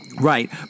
right